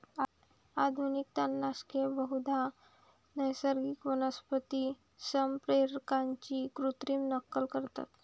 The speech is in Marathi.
आधुनिक तणनाशके बहुधा नैसर्गिक वनस्पती संप्रेरकांची कृत्रिम नक्कल करतात